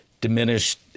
diminished